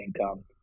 income